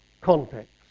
context